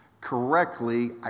correctly